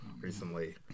Recently